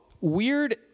weird